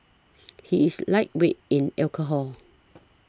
he is lightweight in alcohol